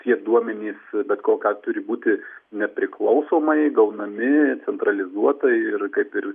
tie duomenys bet ko ką turi būti nepriklausomai gaunami centralizuotai ir kaip ir